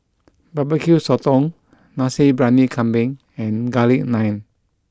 Barbecue Sotong Nasi Briyani Kambing and Garlic Naan